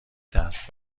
دست